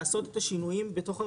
לעשות את השינויים בתוך הרגולציה.